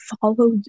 follow